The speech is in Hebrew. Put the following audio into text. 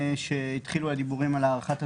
כשהתחילו הדיבורים על הארכת הזיכיון,